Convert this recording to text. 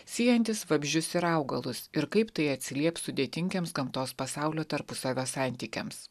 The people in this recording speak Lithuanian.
siejantis vabzdžius ir augalus ir kaip tai atsilieps sudėtingiems gamtos pasaulio tarpusavio santykiams